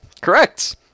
Correct